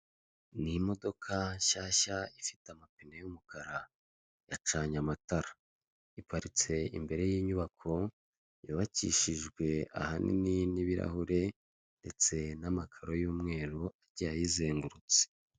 Ni imodoka nshyashya ifite amapine y'umukara, inacanye amatara, iparitse imbere y'inyubako yubakishijwe ahanini n'ibirahure ndetse n'amakaro y'umweru agiye ayizengurutse.